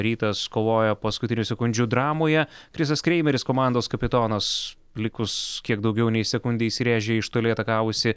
rytas kovojo paskutinių sekundžių dramoje krisas kreimeris komandos kapitonas likus kiek daugiau nei sekundei įsirėžė į iš toli atakavusį